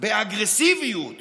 באגרסיביות